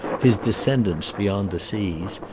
his descendants beyond the seas,